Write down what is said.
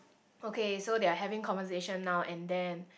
okay so they're having conversation now and then